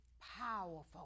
powerful